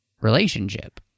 relationship